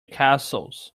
castles